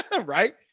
right